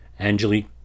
Angelique